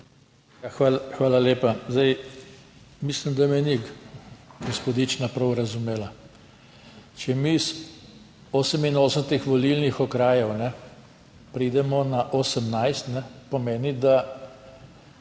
Hvala lepa. Zdaj mislim, da me ni gospodična prav razumela. Če mi iz 88 volilnih okrajev pridemo na 18, pomeni, da,